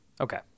Okay